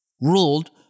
ruled